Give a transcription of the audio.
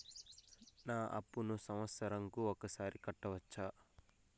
నా అప్పును సంవత్సరంకు ఒకసారి కట్టవచ్చా?